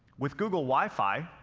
with google wifi,